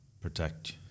protect